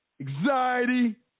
anxiety